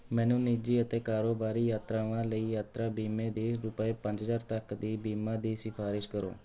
ਮੈਨੂੰ ਨਿੱਜੀ ਅਤੇ ਕਾਰੋਬਾਰੀ ਯਾਤਰਾਵਾਂ ਲਈ ਯਾਤਰਾ ਬੀਮੇ ਦੀ ਰੁਪਏ ਪੰਜ ਹਜ਼ਾਰ ਤੱਕ ਦੀ ਬੀਮਾ ਦੀ ਸਿਫ਼ਾਰਿਸ਼ ਕਰੋ